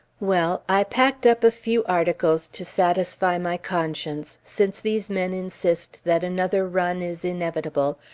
well! i packed up a few articles to satisfy my conscience, since these men insist that another run is inevitable,